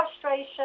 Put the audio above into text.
frustration